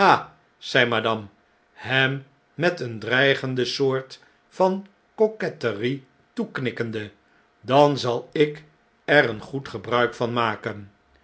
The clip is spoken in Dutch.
hem met een dreigende soort van coquetterie toeknikkende dan zal ik er een goed gebruik van maken